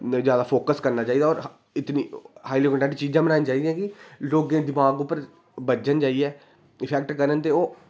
जादा फोकस करना चाहिदा होर ते इतनी हाईली कन्टैंट चीजां बनानियां चाहिदियां कि लोगें दमाग उप्पर बज्जन जाइयै इफैक्ट करन ते ओह्